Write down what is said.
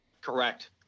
Correct